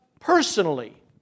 personally